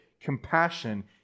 compassion